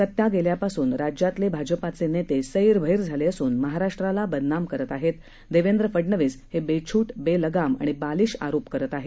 सत्ता गेल्यापासून राज्यातले भाजपाचे नेते सैरभेर झाले असून महाराष्ट्राला बदनाम करत आहेत देवेंद्र फडनवीस हे बेछूट बेलगाम आणि बालीश आरोप करत आहेत